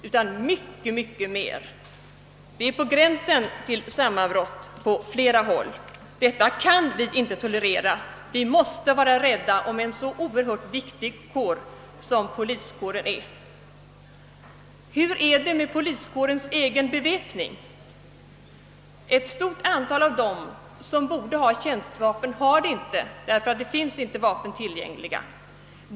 På flera håll står man på gränsen till sammanbrott. Detta kan vi inte tolerera. Vi måste vara rädda om en så oerhört viktig kår. Hur är det med poliskårens egen beväpning? Ett stort antal av de poliser som borde ha tjänstevapen har det inte — det finns inte vapen tillräckligt.